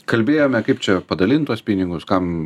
kalbėjome kaip čia padalint tuos pinigus kam